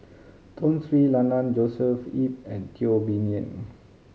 Tun Sri Lanang Joshua Ip and Teo Bee Yen